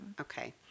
okay